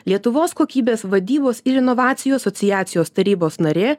lietuvos kokybės vadybos ir inovacijų asociacijos tarybos narė